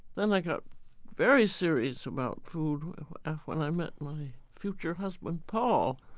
then i got very serious about food when i met my future husband, paul.